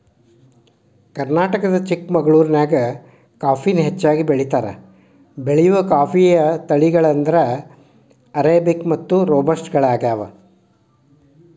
ಕರ್ನಾಟಕದ ಚಿಕ್ಕಮಗಳೂರಿನ್ಯಾಗ ಕಾಫಿನ ಹೆಚ್ಚಾಗಿ ಬೆಳೇತಾರ, ಬೆಳೆಯುವ ಕಾಫಿಯ ತಳಿಗಳೆಂದರೆ ಅರೇಬಿಕ್ ಮತ್ತು ರೋಬಸ್ಟ ಗಳಗ್ಯಾವ